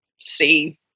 see